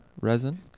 resin